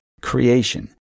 creation